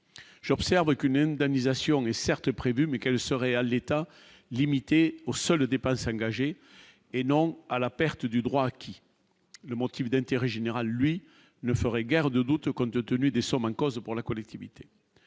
j'observe qu'une indemnisation est certes prévue mais qu'elle serait à l'État limité aux seules dépenses à engager et non à la perte du droit qui le motif d'intérêt général, lui, ne ferait guère de doute, compte tenu des sommes en cause pour la collectivité,